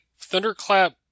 Thunderclap